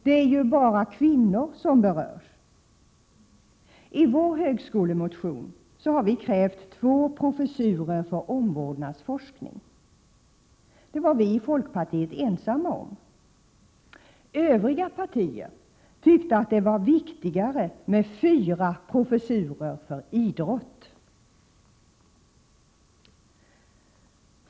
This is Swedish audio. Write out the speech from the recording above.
Det är ”bara” kvinnor som berörs. I vår högskolemotion har vi krävt två professurer i omvårdnadsforskning. Det var vi i folkpartiet ensamma om. Övriga partier tyckte att det var viktigare med fyra professurer i idrott!